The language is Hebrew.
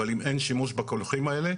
אבל אם אין שימוש בקולחים הזה,